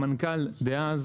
המנכ"ל דאז